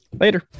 later